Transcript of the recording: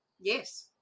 yes